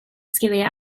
sgiliau